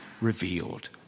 revealed